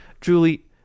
Julie